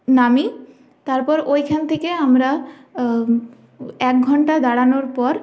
নামি তারপর ওইখান থেকে আমরা এক ঘণ্টা দাঁড়ানোর পর